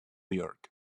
york